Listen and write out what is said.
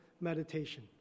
meditation